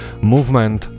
Movement